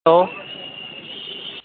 hello